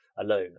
alone